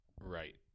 Right